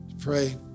pray